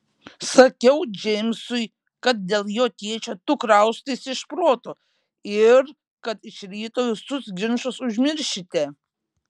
sakiau džeimsui kad dėl jo tėčio tu kraustaisi iš proto ir kad iš ryto visus ginčus užmiršite